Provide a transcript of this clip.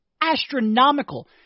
astronomical